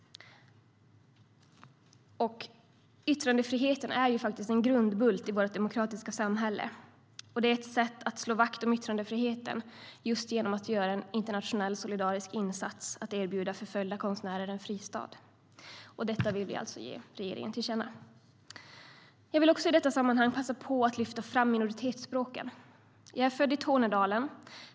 Yttrandefriheten är faktiskt en grundbult i vårt demokratiska samhälle. Att göra en internationell solidarisk insats genom att erbjuda förföljda konstnärer en fristad är ett sätt att slå vakt om yttrandefriheten. Detta vill vi alltså ge regeringen till känna. I detta sammanhang vill jag också passa på att lyfta fram minoritetsspråken. Jag är född i Tornedalen.